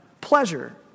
pleasure